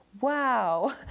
Wow